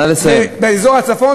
באזור הצפון,